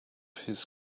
his